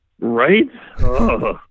right